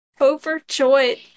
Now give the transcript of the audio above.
Overjoyed